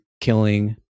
killing